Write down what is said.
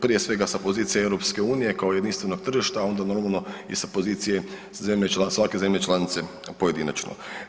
Prije svega sa pozicije EU kao jedinstvenog tržišta, a onda normalno i sa pozicije zemlje, svake zemlje članice pojedinačno.